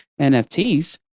nfts